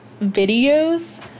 videos